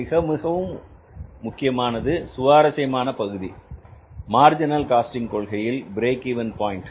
மிக மிக முக்கியமானதும் சுவாரஸ்யமான பகுதி மார்ஜினல் காஸ்டிங் கொள்கையில் பிரேக் இவென் பாயின்ட்